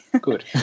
good